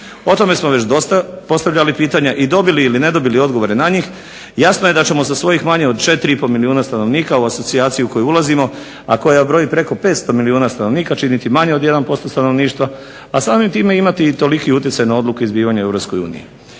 O tome smo već dosta postavljali pitanja i dobili ili ne dobili odgovore na njih. Jasno je da ćemo sa svojih manje od 4,5 milijuna stanovnika u asocijaciju u koju ulazimo, a koja broji preko 500 milijuna stanovnika činiti manje od 1% stanovništva, a samim time imati i toliki utjecaj na odluke i zbivanja u EU.